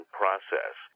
process